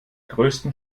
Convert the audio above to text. größten